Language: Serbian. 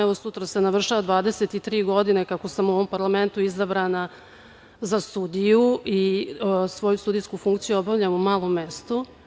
Evo, sutra se navršava 23 godine kako sam u ovom parlamentu izabrana za sudiju i svoju sudijsku funkciju obavljam u malom mestu.